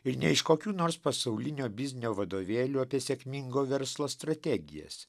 ir ne iš kokių nors pasaulinio biznio vadovėlių apie sėkmingo verslo strategijas